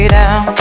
down